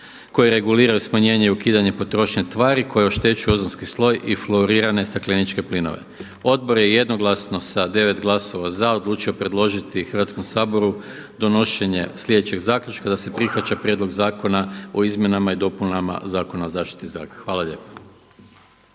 koji reguliraju smanjenje i ukidanje potrošnje tvari koje oštećuju ozonski sloj i fluorirane stakleničke plinove. Odbor je jednoglasno sa 9 glasova za odlučio predložiti Hrvatskom saboru donošenje sljedećeg zaključka, da se prihvaća Prijedlog zakona o izmjenama i dopunama Zakona o zaštiti zraka. Hvala.